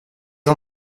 ont